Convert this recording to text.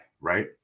Right